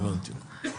הבנתי.